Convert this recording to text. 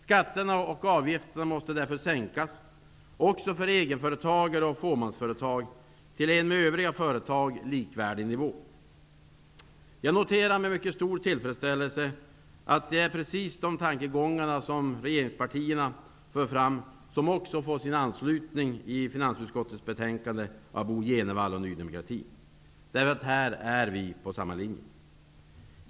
Skatterna och avgifterna måste därför också för egenföretag och fåmansföretag sänkas till en med övriga företag likvärdig nivå. Jag noterar med mycket stor tillfredsställelse att det är precis dessa tankegångar som regeringspartierna för fram och som också får sin anslutning i finansutskottets betänkande av Bo G Jenevall och Ny demokrati. Även här är vi inne på samma linje.